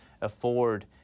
afford